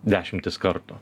dešimtis kartų